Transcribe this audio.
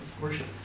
worship